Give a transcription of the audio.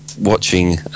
watching